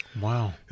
Wow